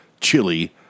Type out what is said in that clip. chili